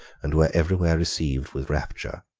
and were everywhere received with rapture.